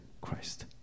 Christ